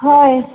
ꯍꯣꯏ